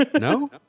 No